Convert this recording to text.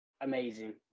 amazing